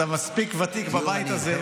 אתה מספיק ותיק בבית הזה,